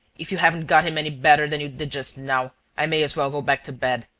if you haven't got him any better than you did just now, i may as well go back to bed.